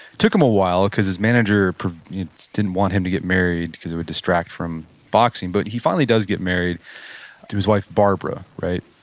took him a while because his manager didn't want him to get married because it would distract from boxing, but he finally does get married to his wife, barbara. right?